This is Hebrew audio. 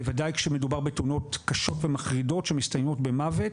בוודאי כשמדובר בתאונות קשות ומחרידות שמסתיימות במוות,